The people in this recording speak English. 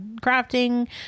crafting